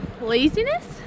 laziness